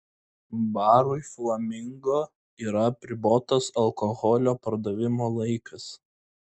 barui flamingo yra apribotas alkoholio pardavimo laikas